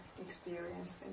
experienced